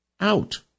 out